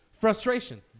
Frustration